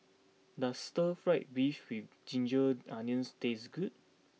does Stir Fry Beef with Ginger Onions taste good